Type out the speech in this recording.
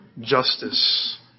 justice